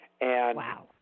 Wow